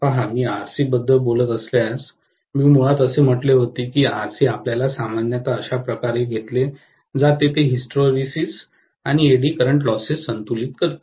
पहा मी RC बद्दल बोलत असल्यास मी मुळात असे म्हटले होते की RC आपल्याला सामान्यतः अशा प्रकारे घेतले जाते जे हिस्टरेसिस आणि एडी करंट लॉसेस संतुलित करते